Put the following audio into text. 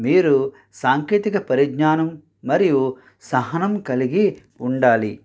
మీరు సాంకేతిక పరిజ్ఞానం మరియు సహనం కలిగి ఉండాలి